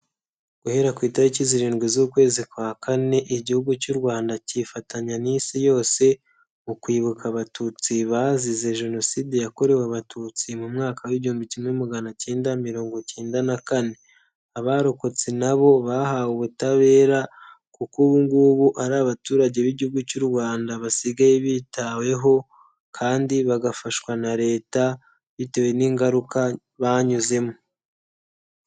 Guhera ku itariki zirindwi z'ukwezi kwa kane, igihugu cy'u Rwanda cyifatanya n'Isi yose mu kwibuka abatutsi bazize jenoside yakorewe abatutsi mu mwaka w' igihumbi kimwe maganacyenda mirongo cyenda na kane. Abarokotse nabo bahawe ubutabera kuko ubungubu ari abaturage b'igihugu cy'u Rwanda basigaye bitaweho kandi bagafashwa na leta bitewe n'ingaruka banyuzemo.